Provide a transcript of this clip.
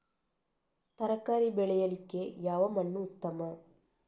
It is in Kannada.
ತರಕಾರಿ ಬೆಳೆಯಲಿಕ್ಕೆ ಯಾವ ಮಣ್ಣು ಉತ್ತಮ?